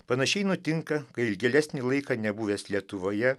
panašiai nutinka kai ilgėlesnį laiką nebuvęs lietuvoje